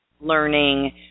learning